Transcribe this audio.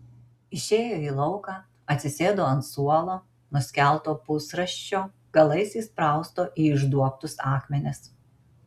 išėjo į lauką atsisėdo ant suolo nuskelto pusrąsčio galais įsprausto į išduobtus akmenis